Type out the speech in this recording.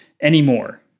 anymore